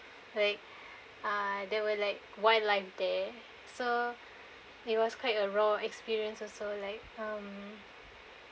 like uh there were like wildlife there so it was quite a raw experience also like(um)